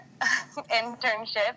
internship